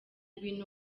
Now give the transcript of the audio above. ibintu